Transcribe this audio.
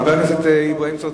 חבר הכנסת צרצור?